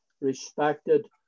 respected